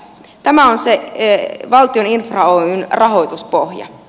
tämä on se valtion infra oyn rahoituspohja